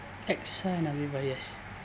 AXA and Aviva yes